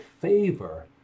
favor